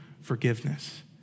forgiveness